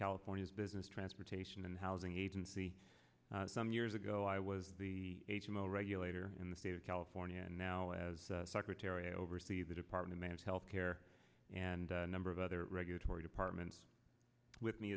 california's business transportation and housing agency some years ago i was the h m o regulator in the state of california and now as secretary i oversee the department of health care and number of other regulatory departments with me